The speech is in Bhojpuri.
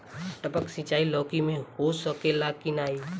टपक सिंचाई लौकी में हो सकेला की नाही?